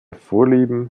vorliebe